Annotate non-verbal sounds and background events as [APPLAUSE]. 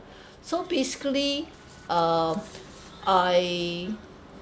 [BREATH] so basically uh I